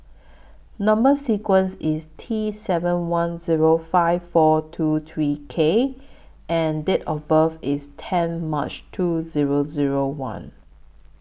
Number sequence IS T seven one Zero five four two three K and Date of birth IS ten March two Zero Zero one